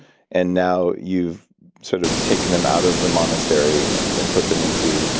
and now you've sort of taken them out of the monastery and and put them into